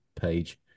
page